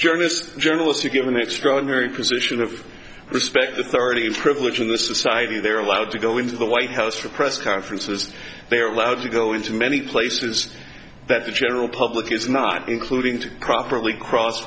journalist journalist you give an extraordinary position of respect the authority of privilege in the society they're allowed to go into the white house for press conferences they are allowed to go into many places that the general public is not including to properly cross